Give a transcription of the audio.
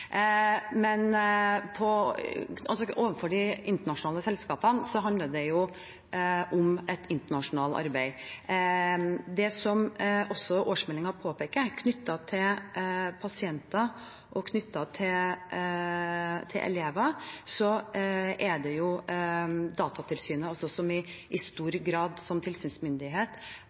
overfor de internasjonale selskapene handler det jo om et internasjonalt arbeid. Når det gjelder det som også årsmeldingen påpeker knyttet til pasienter og knyttet til elever, er det Datatilsynet som i stor grad som tilsynsmyndighet